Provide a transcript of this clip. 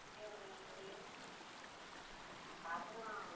ఏం ఉన్నాయి అండి కాటను